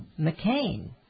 McCain